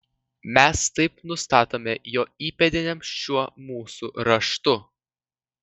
mes taip nustatome jo įpėdiniams šiuo mūsų raštu